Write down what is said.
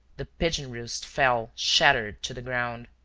the pigeon-roost fell shattered to the ground.